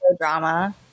drama